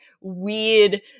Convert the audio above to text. weird